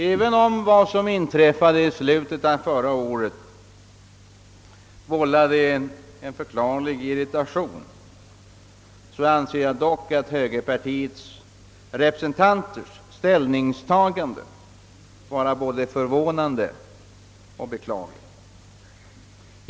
Även om det som hände i slutet av förra året vållade en förklarlig irritation, anser jag högerrepresentanternas ställningstagande vara både förvånande och beklagligt.